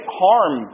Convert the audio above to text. harm